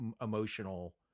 emotional